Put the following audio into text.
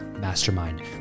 Mastermind